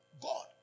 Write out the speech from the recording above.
God